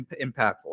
impactful